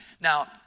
Now